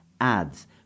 adds